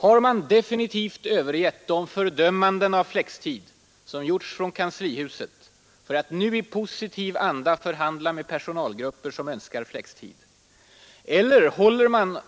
Har man definitivt övergett de fördömanden av flextid som gjorts från kanslihuset för att nu i positiv anda förhandla med personalgrupper som önskar flextid? Eller håller man